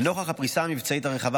לנוכח הפריסה המבצעית הרחבה,